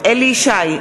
אליהו ישי,